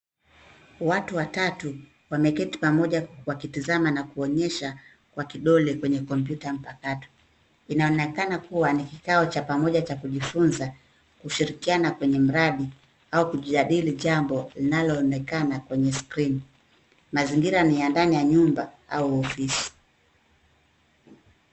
Watu watatu wameketi pamoja wakitazama na kuonyesha kwa kidole kwenye kompyuta mpakato. Inaonekana kuwa ni kikao cha pamoja cha kujifunza, kushirikiana kwenye mradi au kujadili jambo linaonekana kwenye skrini. Mazingira ni ya ndani ya nyumba au ofisi.